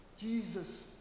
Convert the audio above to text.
Jesus